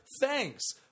thanks